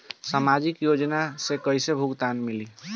सामाजिक योजना से कइसे भुगतान मिली?